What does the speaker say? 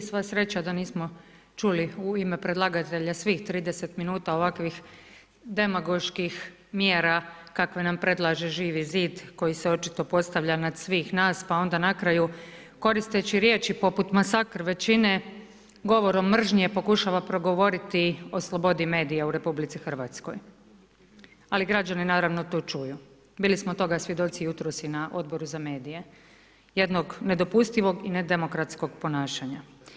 Sva sreća da nismo čuli u ime predlagatelja svih 30 minuta ovakvih demagoških mjera kakve nam predlaže Živi zid koji se očito postavlja nad svih nas pa onda na kraju koristeći riječi poput masakr većine, govorom mržnje pokušava progovoriti o slobodi medija u RH, ali građani naravno to čuju, bili smo toga svjedoci jutros i na Odboru za medije, jednog nedopustivog i nedemokratskog ponašanja.